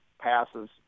passes